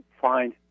find